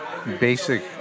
basic